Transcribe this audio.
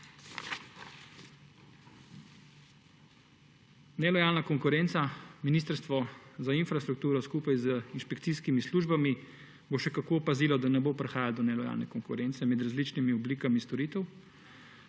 Nelojalna konkurenca, Ministrstvo za infrastrukturo skupaj z inšpekcijskimi službami bo še kako pazilo, da ne bo prihajalo do nelojalne konkurence med različnimi oblikami storitev.